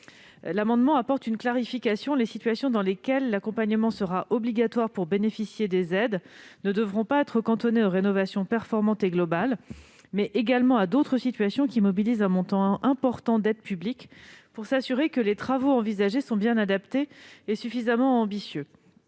L'amendement vise également à préciser que les situations dans lesquelles l'accompagnement sera obligatoire pour bénéficier des aides ne devront pas être limitées aux rénovations performantes et globales. Elles devront également inclure d'autres cas de figure qui mobilisent un montant important d'aides publiques afin de s'assurer que les travaux envisagés sont bien adaptés et suffisamment ambitieux.